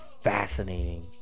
fascinating